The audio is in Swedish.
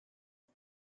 vad